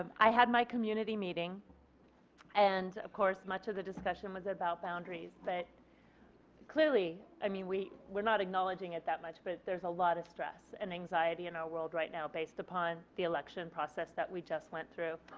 um i had my community meeting and of course much of the discussion was about boundaries but clearly i mean we are not acknowledging that that much but there is a lot of stress and anxiety in our world right now based upon the election process that we just went through.